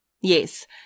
Yes